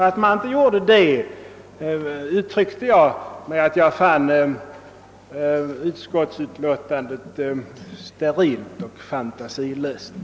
När man inte gjorde det fann jag skäl att beteckna utskottets utlåtande som sterilt och fantasilöst.